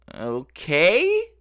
Okay